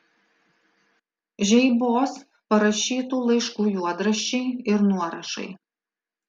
žeibos parašytų laiškų juodraščiai ir nuorašai